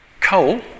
Coal